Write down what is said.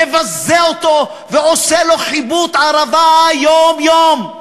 מבזה אותו ועושה לו חיבוט ערבה יום-יום.